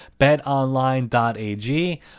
betonline.ag